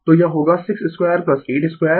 तो यह होगा 6 स्क्वायर 8 स्क्वायर